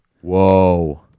Whoa